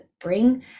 bring